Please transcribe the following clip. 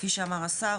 כפי שאמר השר,